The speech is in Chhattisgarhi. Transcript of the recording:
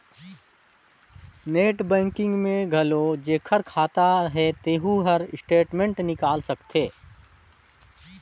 नेट बैंकिग में घलो जेखर खाता हे तेहू हर स्टेटमेंट निकाल सकथे